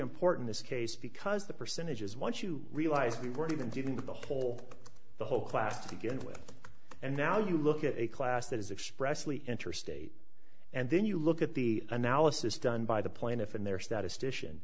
important this case because the percentages once you realize we weren't even dealing with the whole the whole class to begin with and now you look at a class that is expressly interstate and then you look at the analysis done by the plaintiff and their statistician